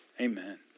amen